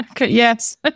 Yes